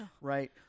right